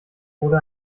wurde